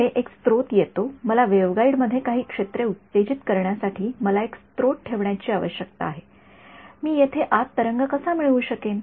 पुढे एक स्त्रोत येतो मला वेव्हगाईडमध्ये काही क्षेत्रे उत्तेजित करण्यासाठी मला एक स्त्रोत ठेवण्याची आवश्यकता आहे मी तेथे आत तरंग कसा मिळवू शकेन